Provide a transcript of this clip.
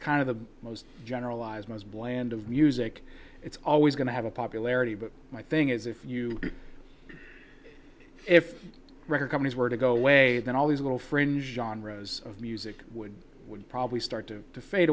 kind of the most generalized most bland of music it's always going to have a popularity but my thing is if you if record companies were to go away then all these little fringe on rows of music would would probably start to fade